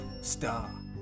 star